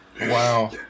Wow